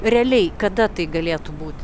realiai kada tai galėtų būti